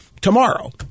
tomorrow